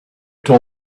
till